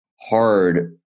hard